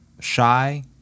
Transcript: Shy